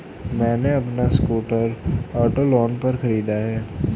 मैने अपना scooter auto loan पर खरीदा है